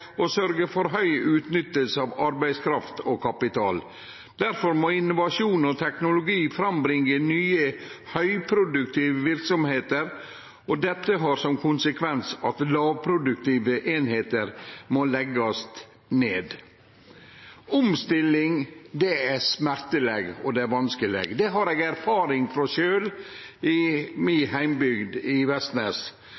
og sørge for høy utnyttelse av arbeidskraft og kapital.» Difor må innovasjon og teknologi frambringe nye høgproduktive verksemder, og dette har som konsekvens at lågproduktive einingar må leggjast ned. Omstilling er smerteleg og vanskeleg. Det har eg erfaring med sjølv i mi